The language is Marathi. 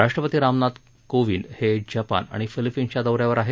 राष्ट्रपती रामनाथ कोविंद हे जपान आणि फिलिपीन्सच्या दौऱ्यावर आहेत